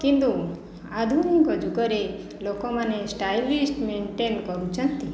କିନ୍ତୁ ଆଧୁନିକ ଯୁଗରେ ଲୋକ ମାନେ ଷ୍ଟାଇଲିଷ୍ଟ ମେଣ୍ଟେନ କରୁଛନ୍ତି